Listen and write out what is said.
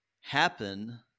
happen